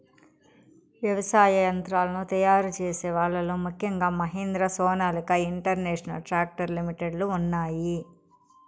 వ్యవసాయ యంత్రాలను తయారు చేసే వాళ్ళ లో ముఖ్యంగా Mahindra, Sonalika international tractor limited లు ఉన్నాయి